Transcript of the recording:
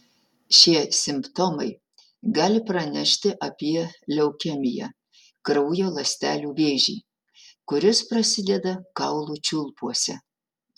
šie simptomai gali pranešti apie leukemiją kraujo ląstelių vėžį kuris prasideda kaulų čiulpuose